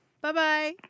Bye-bye